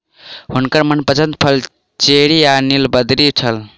हुनकर मनपसंद फल चेरी आ नीलबदरी छल